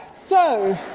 so,